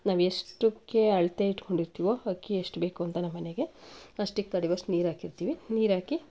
ನಾವು ಎಷ್ಟಕ್ಕೆ ಅಳತೆ ಇಟ್ಕೊಂಡಿರ್ತೀವೋ ಅಕ್ಕಿ ಎಷ್ಟು ಬೇಕು ಅಂತ ನಮ್ಮನೆಗೆ ಅಷ್ಟಕ್ಕೆ ತಡೆವಷ್ಟು ನೀರಾಕಿರ್ತೀವಿ ನೀರಾಕಿ